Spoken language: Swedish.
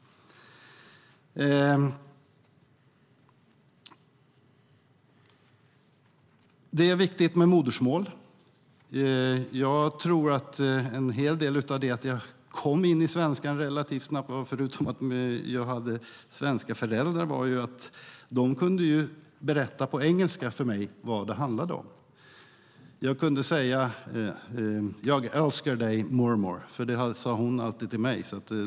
Det är viktigt med modersmål. Jag tror att en hel del av det som gjorde att jag kom in i svenskan relativt snabbt, förutom att jag hade svenska föräldrar, var att mina föräldrar kunde berätta på engelska för mig vad det handlade om. Jag kunde säga: Jag älskar dig, mormor! Det sade hon alltid till mig.